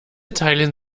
teilen